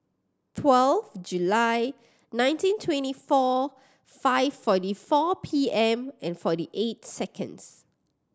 twelve July nineteen twenty four five forty four P M and forty eight seconds